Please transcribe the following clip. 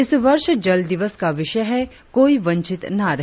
इस वर्ष जल दिवस का विषय है कोई वंचित न रहे